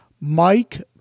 Mike